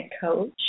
coach